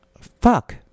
Fuck